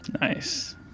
Nice